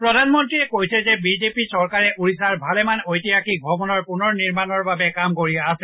প্ৰধানমন্ত্ৰীয়ে কয় যে বিজেপি চৰকাৰে ওড়িশাৰ ভালেমান ঐতিহাসিক ভৱনৰ পুনৰ নিৰ্মাণৰ বাবে কাম কৰি আছে